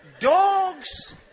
Dogs